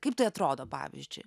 kaip tai atrodo pavyzdžiui